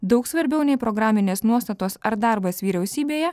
daug svarbiau nei programinės nuostatos ar darbas vyriausybėje